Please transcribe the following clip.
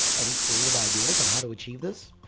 any creative ideas on how to achieve this?